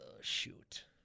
shoot